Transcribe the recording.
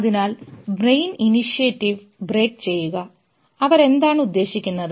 അതിനാൽ brain initiative break ചെയ്യുക അവർ എന്താണ് ഉദ്ദേശിക്കുന്നത്